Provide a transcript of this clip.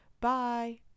Bye